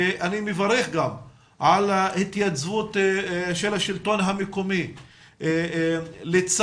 אני מברך על ההתייצבות של השלטון המקומי לצד